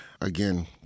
again